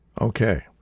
Okay